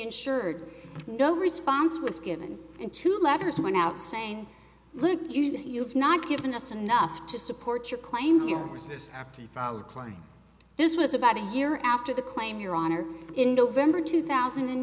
insured no response was given to letters went out saying look you know you've not given us enough to support your claim your claim this was about a year after the claim your honor in november two thousand and